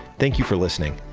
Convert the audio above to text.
thank you for listening.